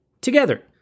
together